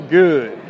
good